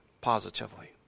positively